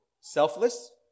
selfless